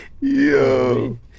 Yo